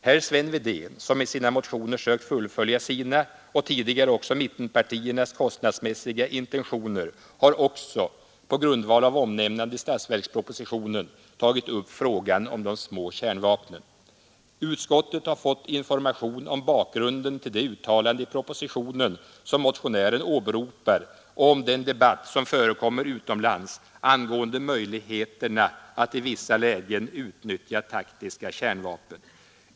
Herr Sven Wedén som i sina motioner sökt fullfölja sina, tidigare också mittenpartiernas, kostnadsmässiga intentioner har också, på grundval av omnämnande i statsverkspropositionen, tagit upp frågan om de små kärnvapnen. Utskottet har fått information om bakgrunden till det uttalande i propositionen som motionären åberopar och om den debatt som förekommer utomlands angående möjligheterna att i vissa lägen utnyttja taktiska kärnvapen.